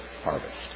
harvest